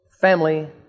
family